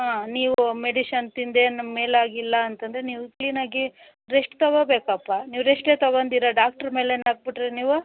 ಹಾಂ ನೀವು ಮೆಡಿಸನ್ ತಿನ್ನದೆ ನಮ್ಮ ಮೇಲಾಗಿಲ್ಲ ಅಂತಂದರೆ ನೀವು ಕ್ಲೀನಾಗಿ ರೆಸ್ಟ್ ತಗೋಬೇಕಪ್ಪ ನೀವು ರೆಸ್ಟೆ ತಗೊಂದಿರ ಡಾಕ್ಟ್ರ್ ಮೇಲೆ ಹಾಕ್ಬಿಟ್ರೆ ನೀವು